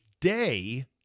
Day